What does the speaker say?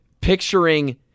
picturing